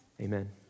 amen